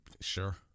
Sure